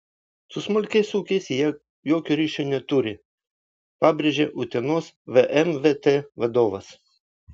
su smulkiais ūkiais jie jokio ryšio neturi pabrėžė utenos vmvt vadovas